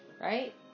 right